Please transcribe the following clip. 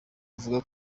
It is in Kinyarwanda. avuga